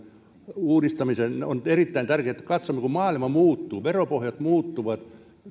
uudistamisessa on erittäin tärkeätä että katsomme kun maailma muuttuu veropohjat muuttuvat